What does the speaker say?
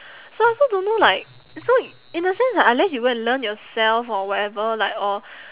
so I also don't know like so in a sense like unless you go and learn yourself or whatever like or